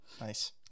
Nice